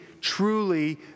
truly